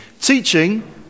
Teaching